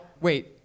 Wait